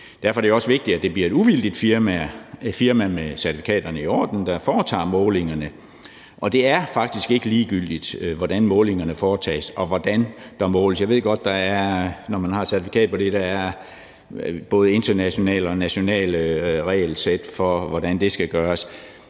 Derfor er det jo også vigtigt, at det bliver et uvildigt firma med certifikaterne i orden, der foretager målingerne, og det er faktisk ikke ligegyldigt, hvordan målingerne foretages – hvordan der måles. Jeg ved godt, når man har certifikat på det, at der er både internationale og nationale regelsæt for, hvordan det skal gøres,